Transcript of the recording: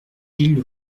gilles